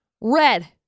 Red